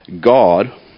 God